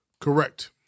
Correct